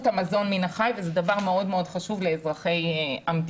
המזון מן החי וזה דבר מאוד מאוד חשוב לאזרחי המדינה.